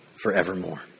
forevermore